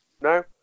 no